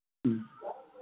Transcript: ꯎꯝ